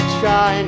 try